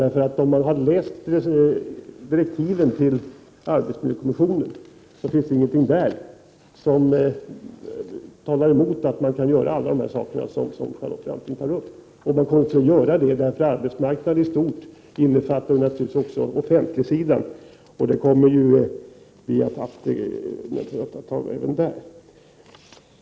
Den som har läst direktiven till arbetsmiljökommissionen vet att det finns ingenting där som talar emot att man kan göra alla de saker som Charlotte Branting tar upp. Det kommer man naturligtvis att göra, för arbetsmarknaden i stort omfattar ju också offentligsidan, och även den kommer vi att ta tag i.